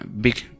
big